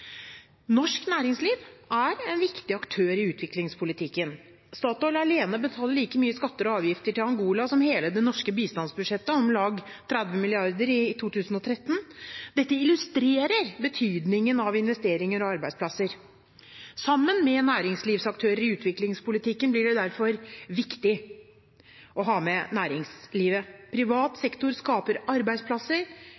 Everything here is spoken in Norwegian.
Norsk næringsliv er en viktig aktør i utviklingspolitikken. Statoil alene betaler like mye i skatter og avgifter til Angola som hele det norske bistandsbudsjettet, om lag 30 mrd. kr i 2013. Dette illustrerer betydningen av investeringer og arbeidsplasser. Samarbeid med næringslivsaktører i utviklingspolitikken blir derfor viktigere. Privat